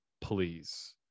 please